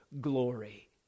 glory